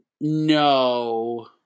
no